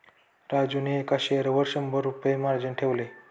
राजूने एका शेअरवर शंभर रुपये मार्जिन ठेवले